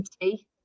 tea